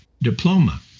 diploma